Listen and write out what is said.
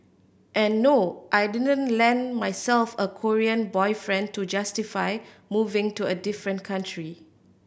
and no I didn't land myself a Korean boyfriend to justify moving to a different country